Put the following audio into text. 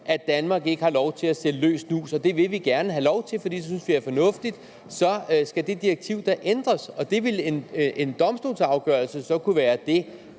at Danmark ikke har lov til at have salg af løs snus, og det vil vi gerne have lov til, for det synes vi er fornuftigt, så skal det direktiv da ændres. Der ville en domstolsafgørelse så kunne være det